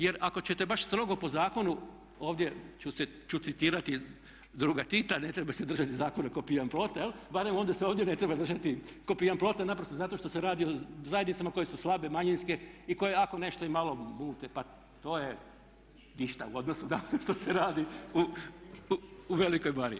Jer ako ćete baš strogo po zakonu ovdje ću citirati druga Tita "Ne treba se držati zakona ko pijan plota", barem onda se ovdje ne treba držati ko pijan plota naprosto zato što se radi o zajednicama koje su slabe, manjinske i koje ako nešto i malo bude pa to je ništa u odnosu što se radi u velikoj bari.